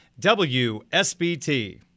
WSBT